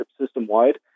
system-wide